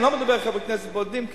אני לא מדבר על חברי כנסת בודדים כאן,